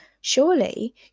surely